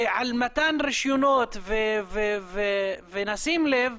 ועל מתן רישיונות ונשים לב,